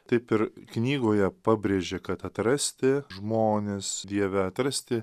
taip ir knygoje pabrėžė kad atrasti žmones dieve atrasti